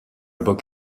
bloc